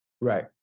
Right